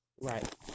right